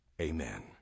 Amen